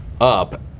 up